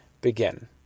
begin